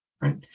right